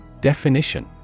Definition